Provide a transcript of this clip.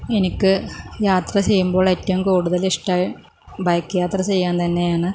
എനിക്ക് യാത്ര ചെയ്യുമ്പോൾ ഏറ്റവും കൂടുതൽ ഇഷ്ടം ബൈക്ക് യാത്ര ചെയ്യാൻ തന്നെയാണ്